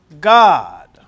God